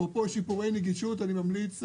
אפרופו שיפורי נגישות, אני ממליץ,